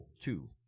Two